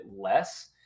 less